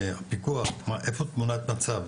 הפיקוח איפה תמונת המצב,